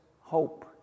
hope